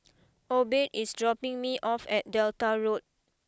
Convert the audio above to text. Obed is dropping me off at Delta Road